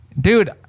Dude